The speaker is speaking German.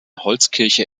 holzkirche